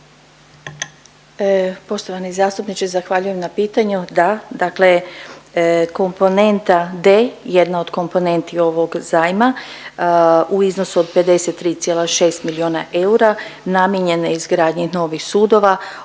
Poštovani zastupniče zahvaljujem na pitanju. Da, dakle komponenta D jedna od komponenti ovog zajma u iznosu od 53,6 miliona eura namijenjena je izgradnji novih sudova.